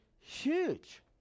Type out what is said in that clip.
huge